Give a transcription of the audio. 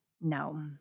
no